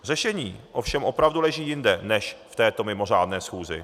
Řešení ovšem opravdu leží jinde než v této mimořádné schůzi.